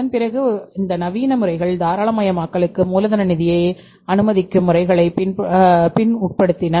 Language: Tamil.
அதன்பிறகு இந்த நவீன முறைகள் தாராளமயமாக்கலுக்குப் மூலதன நிதியை அனுமதிக்கும் முறைகளைக் பின் உட்படுத்தின